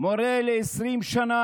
מורה 20 שנה